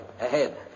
Ahead